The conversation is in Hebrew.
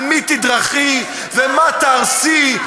על מי תדרכי ומה תהרסי,